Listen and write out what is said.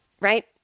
right